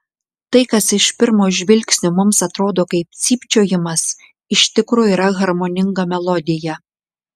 tai kas iš pirmo žvilgsnio mums atrodo kaip cypčiojimas iš tikro yra harmoninga melodija